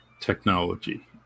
Technology